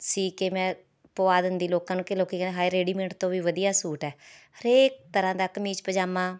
ਸੀਅ ਕੇ ਮੈਂ ਪੁਆ ਦਿੰਦੀ ਲੋਕਾਂ ਨੂੰ ਕਿ ਲੋਕ ਕਹਿੰਦੇ ਹਾਏ ਰੇਡੀਮੇਟ ਤੋਂ ਵੀ ਵਧੀਆ ਸੂਟ ਹੈ ਹਰੇਕ ਤਰ੍ਹਾਂ ਦਾ ਕਮੀਜ਼ ਪਜਾਮਾ